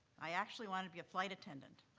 i actually wanted to be a flight attendant.